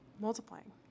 multiplying